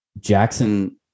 Jackson